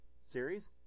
series